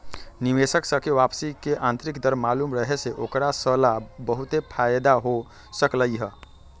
निवेशक स के वापसी के आंतरिक दर मालूम रहे से ओकरा स ला बहुते फाएदा हो सकलई ह